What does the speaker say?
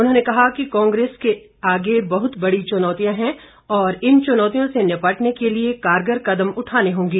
उन्होंने कहा कि कांग्रेस के आगे बहुत बड़ी चुनौतियां है और इन चुनौतियों से निपटने के लिए कारगर कदम उठाने पड़ेंगे